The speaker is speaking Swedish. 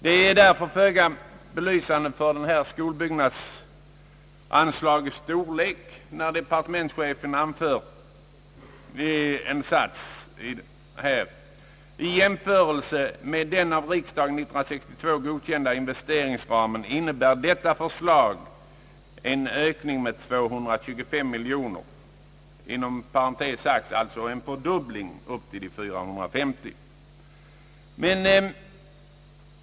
Det är därför föga belysande för skolbyggnadsanslagets storlek när departementschefen anför: »I jämförelse med den av riksdagen 1962 godkända investeringsramen innebär detta förslag en ökning med 225 miljoner» — inom parentes sagt alltså en fördubbling till 450 miljoner.